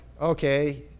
okay